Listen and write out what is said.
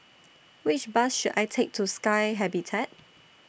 Which Bus should I Take to Sky Habitat